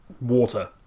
water